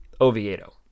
Oviedo